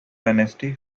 dynasty